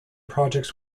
projects